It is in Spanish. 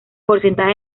porcentaje